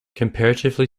comparatively